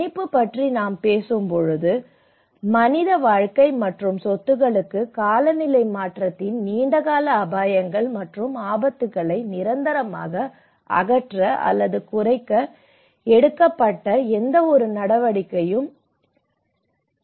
தணிப்பு பற்றி நாம் பேசும்போது மனித வாழ்க்கை மற்றும் சொத்துக்களுக்கு காலநிலை மாற்றத்தின் நீண்டகால அபாயங்கள் மற்றும் ஆபத்துக்களை நிரந்தரமாக அகற்ற அல்லது குறைக்க எடுக்கப்பட்ட எந்தவொரு நடவடிக்கையும் இது